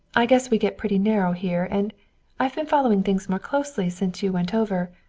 i guess we get pretty narrow here and i've been following things more closely since you went over.